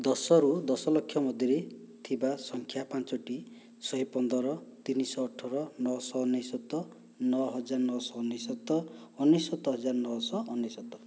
ଦଶରୁ ଦଶ ଲକ୍ଷ ମଧ୍ୟରେ ଥିବା ସଂଖ୍ୟା ପାଞ୍ଚଟି ଶହେ ପନ୍ଦର ତିନି ଶହ ଅଠର ନଅ ଶହ ଅନେଶ୍ଵତ ନଅ ହଜାର ନଅ ଶହ ଅନେଶ୍ଵତ ଅନେଶ୍ଵତ ହଜାର ନଅ ଶହ ଅନେଶ୍ଵତ